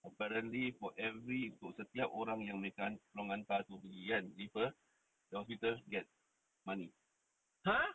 apparently for every untuk setiap orang yang mereka hantar to pergi refer the hospital get money